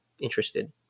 interested